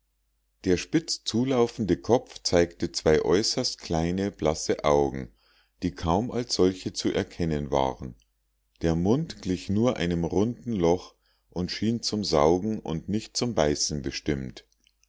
der spitz zulaufende kopf zeigte zwei äußerst kleine blasse augen die kaum als solche zu erkennen waren der mund glich nur einem runden loch und schien zum saugen und nicht zum beißen bestimmt